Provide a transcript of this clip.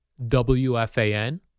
WFAN